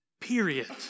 period